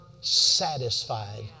satisfied